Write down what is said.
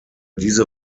diese